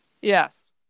Yes